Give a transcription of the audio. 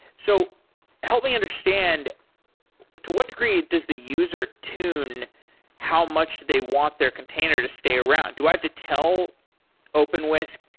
so help me understand to what degree does the user tune how much they want their container to stay around? do i have to tell openwhisk,